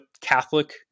Catholic